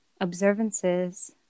observances